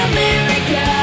America